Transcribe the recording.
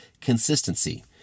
consistency